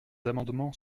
amendements